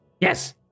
Yes